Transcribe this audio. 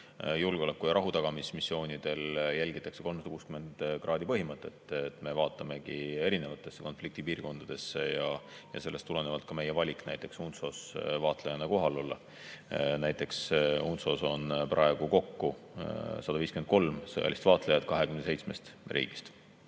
julgeoleku- ja rahutagamismissioonidel jälgitakse 360 kraadi põhimõtet. Me vaatamegi erinevatesse konfliktipiirkondadesse ja sellest tulenevalt on meie valik ka näiteks UNTSO-s vaatlejana kohal olla. UNTSO-s on praegu kokku 153 sõjalist vaatlejat 27 riigist.